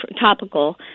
topical